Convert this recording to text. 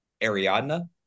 Ariadna